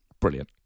brilliant